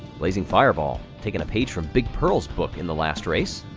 blazing fireball, taking a page from big pearl's book in the last race